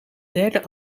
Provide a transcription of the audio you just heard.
derde